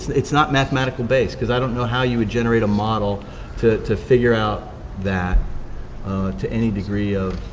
it's not mathematical based, because i don't know how you would generate a model to to figure out that to any degree of